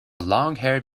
longhaired